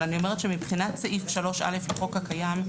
אני אומרת שמבחינת סעיף 3א לחוק הקיים,